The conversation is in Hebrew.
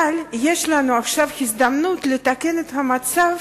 אבל יש לנו עכשיו הזדמנות לתקן את המצב